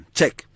Check